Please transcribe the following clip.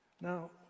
Now